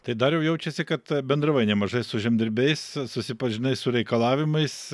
tai dariau jaučiasi kad bendravai nemažai su žemdirbiais susipažinai su reikalavimais